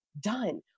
done